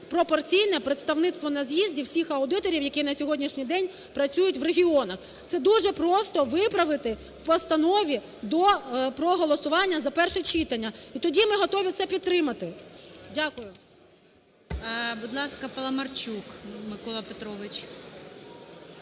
пропорційне представництво на з'їзді всіх аудиторів, які на сьогоднішній день працюють в регіонах. Це дуже просто виправити в постанові до проголосування за перше читання. І тоді ми готові це підтримати. Дякую.